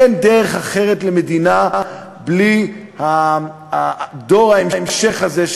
אין דרך אחרת למדינה בלי דור ההמשך הזה,